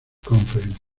conference